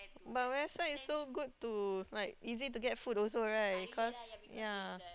but website so good to like easy to get food also right cause ya